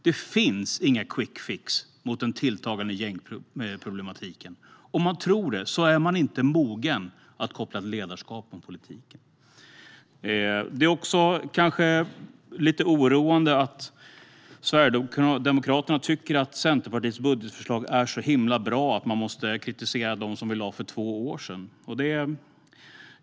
Det finns ingen quickfix mot den tilltagande gängproblematiken. Om man tror det är man inte mogen att koppla ett ledarskap till politiken. Det är lite oroande att Sverigedemokraterna tycker att Centerpartiets budgetförslag är så himla bra att man måste kritisera dem som vi lade fram för två år sedan.